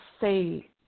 say